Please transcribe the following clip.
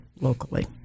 locally